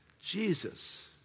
Jesus